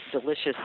delicious